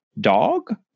dog